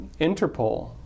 Interpol